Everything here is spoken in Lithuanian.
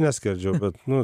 neskerdžiau bet nu